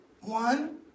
One